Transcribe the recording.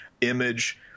Image